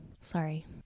Sorry